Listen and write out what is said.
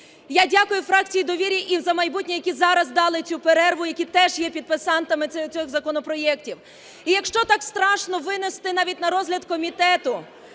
Я дякую фракціям "Довіра" і "За майбутнє", які зараз дали цю перерву, які теж є підписантами цих законопроектів. І якщо так страшно винести навіть на розгляд комітету